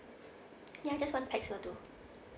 ya just one pax will do